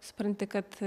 supranti kad